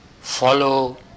follow